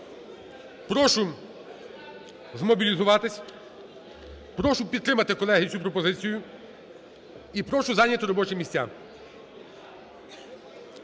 Прошу змобілізуватись, прошу підтримати, колеги, цю пропозицію і прошу зайняти робочі місця.